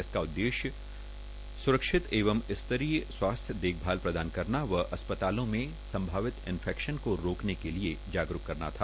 इसका उद्देश्य स्रक्षित एव स्तरीय स्वास्थ्य देखभाल प्रदान करना व अस्पतालों में संभावित इनफैक्शन को रोकनके के लिए जागरूक करना था